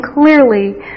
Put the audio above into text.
clearly